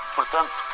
Portanto